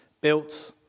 built